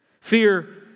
Fear